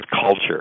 culture